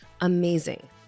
amazing